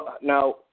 now